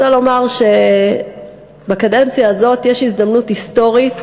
אני רוצה לומר שבקדנציה הזאת יש הזדמנות היסטורית